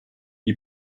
die